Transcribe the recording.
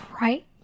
Right